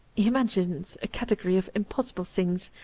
he mentions a category of impossible things,